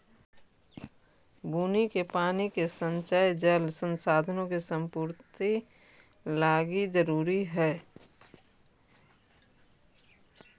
बुन्नी के पानी के संचय जल संसाधनों के संपूर्ति लागी जरूरी हई